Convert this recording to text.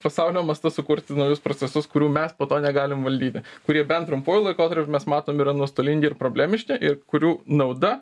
pasaulio mastu sukurti naujus procesus kurių mes po to negalim valdyti kurie bent trumpuoju laikotarpiu mes matom yra nuostolingi ir problemiški ir kurių nauda